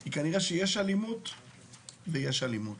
כי כנראה שיש אלימות ויש אלימות.